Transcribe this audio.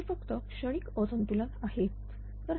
हे फक्त क्षणिक असंतुलनामुळे आहे